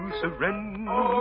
surrender